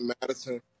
Madison